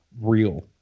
real